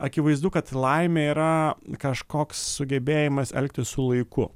akivaizdu kad laimė yra kažkoks sugebėjimas elgtis su laiku